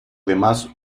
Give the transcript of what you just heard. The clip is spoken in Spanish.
demás